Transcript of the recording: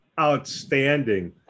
outstanding